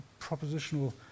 propositional